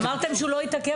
אמרתם שהוא לא התעכב.